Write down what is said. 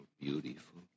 beautiful